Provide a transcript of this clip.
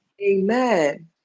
Amen